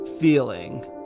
feeling